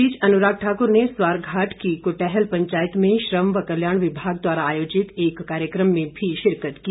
इस बीच अनुराग ठाकुर ने स्वारघाट की कुटेहल पंचायत में श्रम व कल्याण विभाग द्वारा आयोजित एक कार्यक्रम में भी शिरकत की